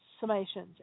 summations